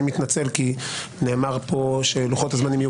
ואני מתנצל כי נאמר פה שלוחות הזמנים יהיו